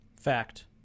Fact